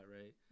right